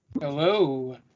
Hello